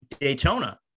Daytona